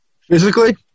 Physically